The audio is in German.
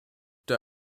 der